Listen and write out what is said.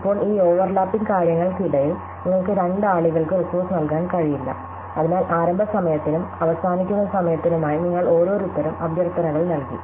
ഇപ്പോൾ ഈ ഓവർലാപ്പിംഗ് കാര്യങ്ങൾക്കിടയിൽ നിങ്ങൾക്ക് രണ്ട് ആളുകൾക്ക് റിസോഴ്സ് നൽകാൻ കഴിയില്ല അതിനാൽ ആരംഭ സമയത്തിനും അവസാനിക്കുന്ന സമയത്തിനുമായി നിങ്ങൾ ഓരോരുത്തരും അഭ്യർത്ഥനകൾ നൽകി